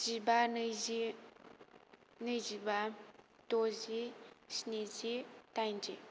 जिबा नैजि नैजिबा दजि स्निजि दाइजि